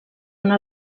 una